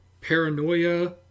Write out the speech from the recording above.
Paranoia